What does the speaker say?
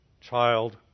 child